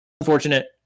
unfortunate